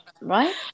Right